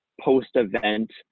post-event